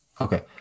Okay